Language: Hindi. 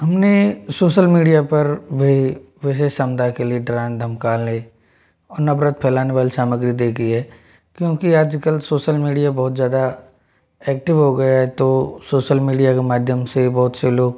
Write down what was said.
हमने सोशल मीडिया पर भी विशेष समुदायों के लिए डराने धमकाने और नफरत फैलाने वाले समुदाय के लिए क्योंकि आजकल सोशल मीडिया बहुत जादा ऐक्टिव हो गया है तो सोशल मीडिया के माध्यम से बहुत से लोग